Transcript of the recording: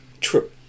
True